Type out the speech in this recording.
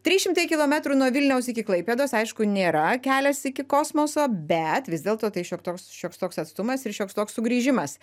trys šimtai kilometrų nuo vilniaus iki klaipėdos aišku nėra kelias iki kosmoso bet vis dėlto tai šioks toks šioks toks atstumas ir šioks toks sugrįžimas